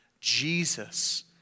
Jesus